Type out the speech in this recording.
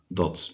dat